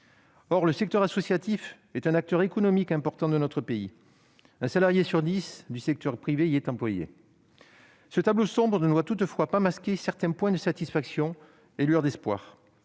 Or le secteur associatif est un acteur économique important de notre pays : un salarié du secteur privé sur dix y est employé. Ce tableau sombre ne doit toutefois pas masquer certains points de satisfaction et des lueurs d'espoir.